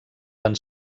van